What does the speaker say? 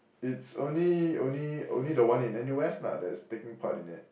it's only only only the one in N_U_S lah that is taking part in it